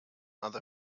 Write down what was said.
other